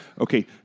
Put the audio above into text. Okay